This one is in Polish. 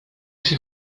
się